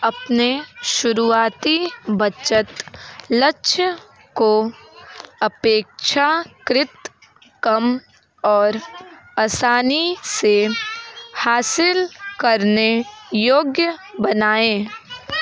अपने शुरुआती बचत लक्ष्य को अपेक्षाकृत कम और आसानी से हासिल करने योग्य बनाएँ